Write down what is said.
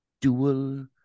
dual